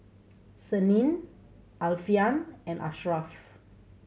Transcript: Senin Alfian and Asharaff